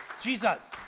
Jesus